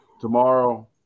Tomorrow